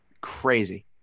Crazy